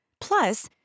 Plus